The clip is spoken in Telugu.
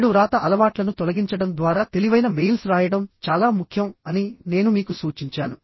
చెడు వ్రాత అలవాట్లను తొలగించడం ద్వారా తెలివైన మెయిల్స్ రాయడం చాలా ముఖ్యం అని నేను మీకు సూచించాను